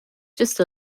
just